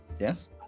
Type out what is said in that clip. Yes